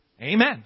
Amen